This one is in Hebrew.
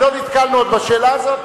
לא נתקלנו עוד בשאלה הזאת,